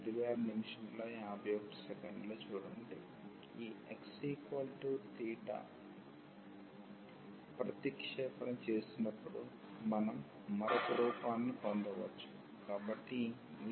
ఈ x ప్రతిక్షేపణ చేసినప్పుడు మనం మరొక రూపాన్ని పొందవచ్చు